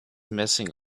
messing